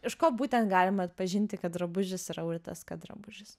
iš ko būtent galima atpažinti kad drabužis yra urtės kat drabužis